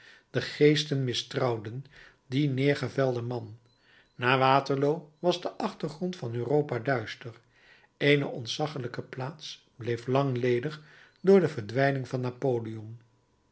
de geesten mistrouwden dien neergevelden man na waterloo was de achtergrond van europa duister eene ontzaggelijke plaats bleef lang ledig door de verdwijning van napoleon